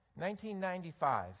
1995